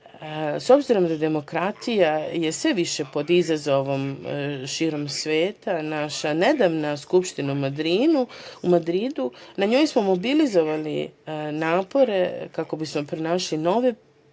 obzirom da je demokratija sve više pod izazovom širom sveta, naša nedavna Skupština u Madridu, na njoj smo mobilizovali napore kako bismo pronašli nove pristupe